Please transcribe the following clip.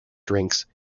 drinks